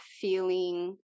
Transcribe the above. feeling